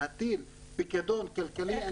להטיל פיקדון כלכלי,